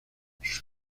sus